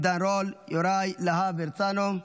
עידן רול, יוראי להב הרצנו,